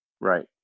Right